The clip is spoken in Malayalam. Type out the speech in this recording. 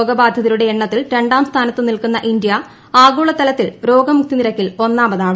രോഗബാധിതരുടെ എണ്ണത്തിൽ രണ്ടാം സ്ഥാനത്ത് നിൽക്കുന്ന ഇന്ത്യ ആഗോളതലത്തിൽ രോഗമുക്തി നിരക്കിൽ ്രഒന്നാമതാണ്